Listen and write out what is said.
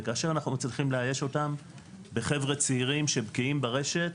וכאשר אנחנו צריכים לאייש אותם בחבר'ה צעירים שבקיאים ברשת,